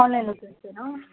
ఆన్లైన్లో చేసుకోనా